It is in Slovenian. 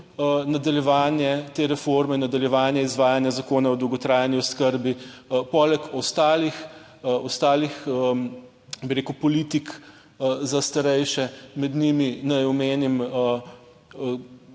nadaljevanje te reforme, nadaljevanje izvajanja Zakona o dolgotrajni oskrbi. Poleg ostalih, bi rekel politik za starejše, med njimi naj omenim